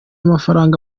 mafaranga